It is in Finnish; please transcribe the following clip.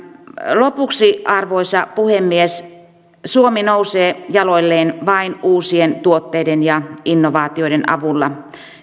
lopuksi arvoisa puhemies suomi nousee jaloilleen vain uusien tuotteiden ja innovaatioiden avulla